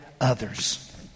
others